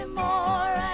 more